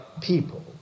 people